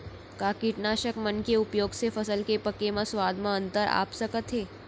का कीटनाशक मन के उपयोग से फसल के पके म स्वाद म अंतर आप सकत हे?